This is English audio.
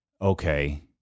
okay